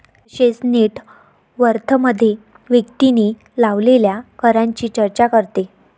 तसेच नेट वर्थमध्ये व्यक्तीने लावलेल्या करांची चर्चा करते